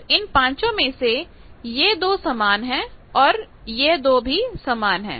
तो इन पांचों में से यह दो समान है और यह जो भी समान है